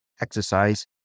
exercise